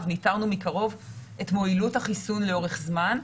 נטרנו מקרוב את מועילות החיסון לאורך זמן.